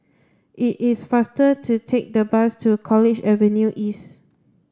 it is faster to take the bus to College Avenue East